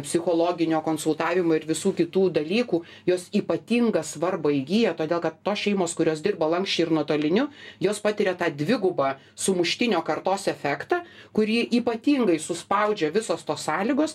psichologinio konsultavimo ir visų kitų dalykų jos ypatingą svarbą įgyja todėl kad tos šeimos kurios dirba lanksčiai ir nuotoliniu jos patiria tą dvigubą sumuštinio kartos efektą kurį ypatingai suspaudžia visos tos sąlygos